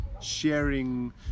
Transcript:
sharing